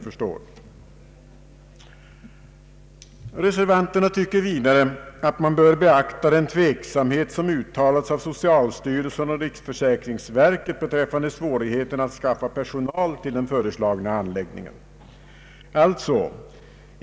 Reservanterna tycker vidare att man bör beakta den tveksamhet som uttalats av socialstyrelsen och riksförsäkringsverket beträffande svårigheten att skaffa personal till den föreslagna anläggningen.